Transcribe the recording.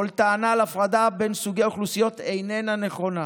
כל טענה על הפרדה בין סוגי האוכלוסייה איננה נכונה.